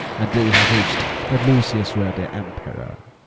and they have wish'd that lucius were their emperor.